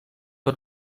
per